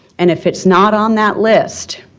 and, if it's not on that list,